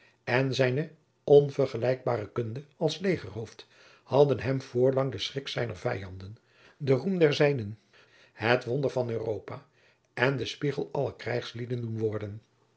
en zijne onvergelijkbare kunde als legerhoofd hadden hem voorlang de schrik zijner vijanden de roem der zijnen het wonder van europa en de spiegel aller krijgslieden doen worden